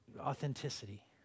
authenticity